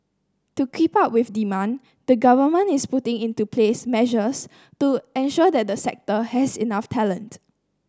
to keep up with demand the government is putting into place measures to ensure that the sector has enough talent